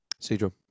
Cedro